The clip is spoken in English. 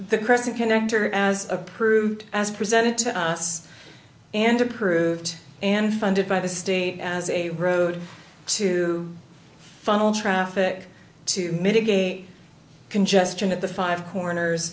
crescent connector as approved as presented to us and approved and funded by the state as a road to funnel traffic to mitigate congestion at the five corners